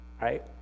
right